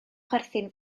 chwerthin